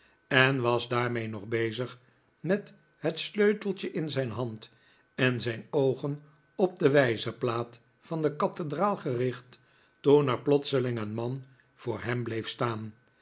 en was daarmee nog bezig met het sleuteltje in zijn hand en zijn oogen op de wijzerplaat van de kathedraal gericht toen er plotseling een man voor hem bleef staan